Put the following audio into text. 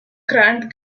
grant